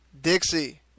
Dixie